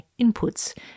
inputs